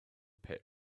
pit